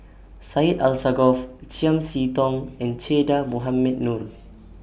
Syed Alsagoff Chiam See Tong and Che Dah Mohamed Noor